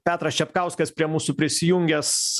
petras čepkauskas prie mūsų prisijungęs